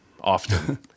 often